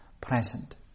present